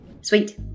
Sweet